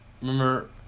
remember